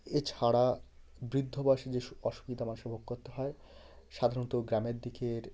এছাড়া বৃদ্ধ বয়সে যে সু অসুবিধা মানুষের ভোগ কোত্তে হয় সাধারণত গ্রামের দিকের